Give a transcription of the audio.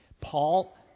Paul